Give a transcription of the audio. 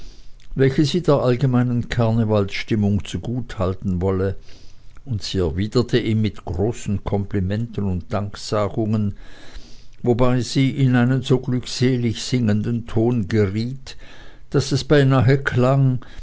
welche sie der allgemeinen karnevalsstimmung zu gut halten wolle und sie erwiderte ihm mit großen komplimenten und danksagungen wobei sie in einen so glückselig singenden ton geriet daß es beinahe klang